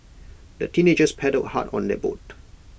the teenagers paddled hard on their boat